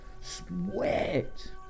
sweat